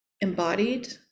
embodied